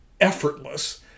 effortless